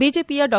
ಬಿಜೆಪಿಯ ಡಾ